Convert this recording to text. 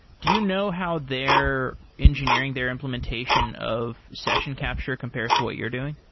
do you know how their engineering, their implementation of session capture, compares to what you're doing?